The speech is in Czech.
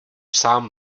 sám